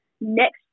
next